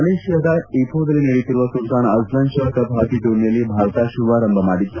ಮಲೇಷ್ಟಾದ ಇತ್ತೊದಲ್ಲಿ ನಡೆಯುತ್ತಿರುವ Sultan Azlan Shah cup hockey ಟೂರ್ನಿಯಲ್ಲಿ ಭಾರತ ಶುಭಾರಂಭ ಮಾಡಿದ್ಲು